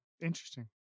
Interesting